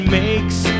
makes